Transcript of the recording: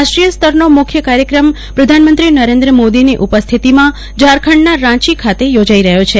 રાષ્ટ્રીય સ્તરનો મુખ્ય કાર્યક્રમ પ્રધાનમંત્રી નરેન્દ્રમોદીની ઉપસ્થિતીમાં ઝારખંડમાં રાંચી ખાતે યોજાઈ રહયો છે